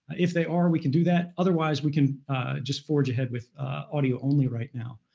if they are, we can do that. otherwise, we can just forge ahead with audio only right now.